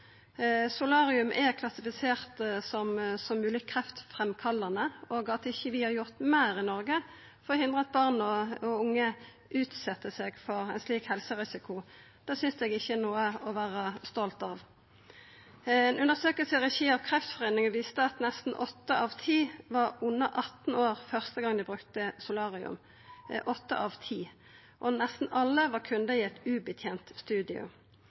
Solarium er klassifisert som mogleg kreftframkallande, og at vi ikkje har gjort meir i Noreg for å hindra at barn og unge utset seg for ein slik helserisiko, synest eg ikkje er noko å vera stolt av. Ei undersøking i regi av Kreftforeningen viste at nesten åtte av ti var under 18 år første gongen dei brukte solarium – åtte av ti – og nesten alle var kundar i eit ubetent studio.